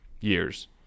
years